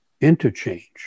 interchange